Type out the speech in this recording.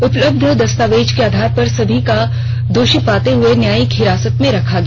उपलब्ध दस्तावेज के आधार पर सभी का दोषी पाते हुए न्यायिक हिरासत में रखा गया